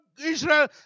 Israel